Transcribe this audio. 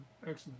Excellent